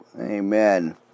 Amen